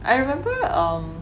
I remember um